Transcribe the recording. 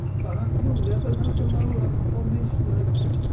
but he'll never know gemorah or mishnayis.